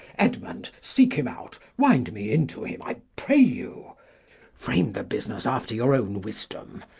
edmund, seek him out wind me into him, i pray you frame the business after your own wisdom.